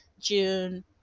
June